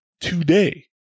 today